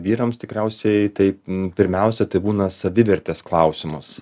vyrams tikriausiai taip pirmiausia tai būna savivertės klausimas